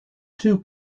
two